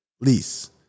lease